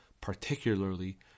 particularly